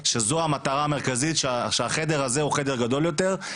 שזו המטרה המרכזית שהחדר הזה או חדר גדול יותר,